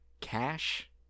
cash